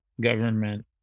government